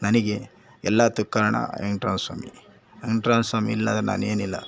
ನನಗೆ ಎಲ್ಲದಕ್ಕೂ ಕಾರಣ ವೆಂಕಟ್ರಮಣ ಸ್ವಾಮಿ ವೆಂಕಟ್ರಮಣ ಸ್ವಾಮಿ ಇಲ್ಲಂದ್ರೆ ನಾನೇನಿಲ್ಲ